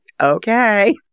okay